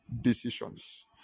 decisions